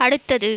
அடுத்தது